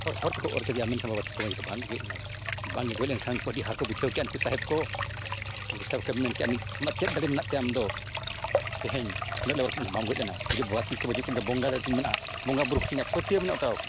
ᱦᱚᱨ ᱦᱚᱨ ᱛᱮᱠᱚ ᱚᱨ ᱠᱮᱫᱮᱭᱟ ᱢᱮᱱᱠᱷᱟᱱ ᱵᱟᱵᱟ ᱛᱤᱞᱠᱟᱹ ᱢᱟᱹᱡᱷᱤ ᱫᱚ ᱵᱟᱭ ᱜᱚᱡ ᱞᱮᱱᱟᱭ ᱵᱟᱝᱜᱮ ᱜᱚᱡ ᱞᱮᱱᱠᱷᱟᱱ ᱟᱹᱰᱤ ᱦᱟᱨᱠᱚ ᱵᱩᱡᱷᱟᱹᱣ ᱠᱮᱜᱼᱟ ᱩᱱᱠᱩ ᱥᱟᱦᱮᱵᱽ ᱠᱚ ᱩᱱᱠᱩ ᱥᱟᱦᱮᱵᱽ ᱠᱚ ᱢᱮᱱ ᱠᱮᱜᱼᱟ ᱱᱤᱛᱚᱜ ᱫᱚ ᱪᱮᱫ ᱫᱟᱲᱮ ᱢᱮᱱᱟᱜ ᱛᱟᱢᱟ ᱟᱢᱫᱚ ᱛᱤᱦᱤᱧ ᱩᱱᱟᱹᱜ ᱞᱚᱜᱚᱱ ᱫᱚ ᱵᱟᱢ ᱜᱚᱡ ᱞᱮᱱᱟ ᱵᱟᱵᱟ ᱛᱤᱞᱠᱟᱹ ᱢᱟᱹᱡᱷᱤ ᱠᱤᱱ ᱢᱮᱱ ᱠᱮᱜᱼᱟ ᱵᱚᱸᱜᱟ ᱫᱟᱲᱮ ᱛᱤᱧ ᱢᱮᱱᱟᱜᱼᱟ ᱵᱚᱸᱜᱟᱼᱵᱩᱨᱩ ᱠᱚᱴᱷᱮᱱ ᱤᱧᱟᱹᱜ ᱯᱟᱹᱛᱭᱟᱹᱣ ᱢᱮᱱᱟᱜᱼᱟ ᱛᱚ